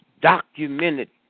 documented